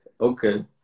okay